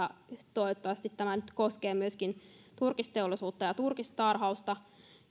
toivottavasti tämä nyt koskee myöskin turkisteollisuutta ja turkistarhausta